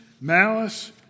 malice